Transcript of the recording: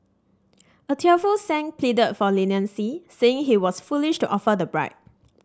a tearful Sang pleaded for leniency saying he was foolish to offer the bribe